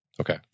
Okay